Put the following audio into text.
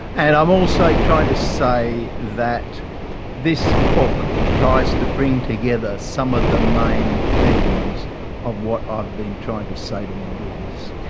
and i'm also trying to say that this book tries to bring together some of the main themes of what i've been trying to say to my readers.